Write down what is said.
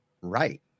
right